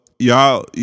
Y'all